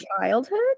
childhood